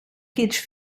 kitch